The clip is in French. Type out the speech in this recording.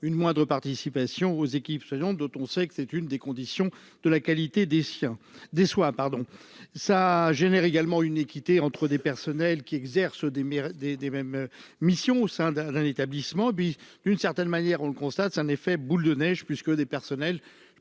une moindre participation aux équipes soignantes dont on sait que c'est une des conditions de la qualité des siens, des soins, pardon, ça génère également une équité entre des personnels qui exercent des, des, des mêmes missions au sein d'un d'un établissement, puis d'une certaine manière, on le constate un effet boule de neige, puisque des personnels